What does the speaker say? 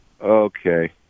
Okay